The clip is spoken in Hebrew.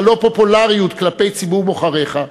הלא-פופולריות כלפי ציבור בוחריך,